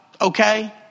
okay